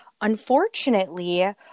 Unfortunately